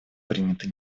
приняты